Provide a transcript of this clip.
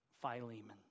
Philemon